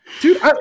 Dude